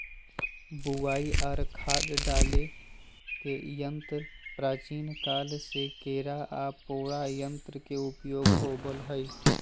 बुवाई आर खाद डाले के यंत्र प्राचीन काल से केरा आर पोरा यंत्र के उपयोग होवई हल